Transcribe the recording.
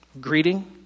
greeting